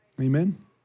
Amen